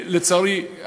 לצערי,